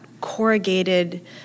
corrugated